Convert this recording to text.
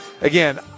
Again